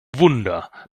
wunder